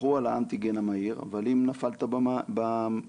הלכו על האנטיגן המהיר, אבל אם נפלת במהיר,